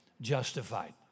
justified